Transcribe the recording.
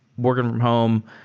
working from home,